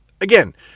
Again